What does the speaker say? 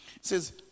says